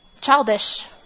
childish